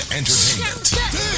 entertainment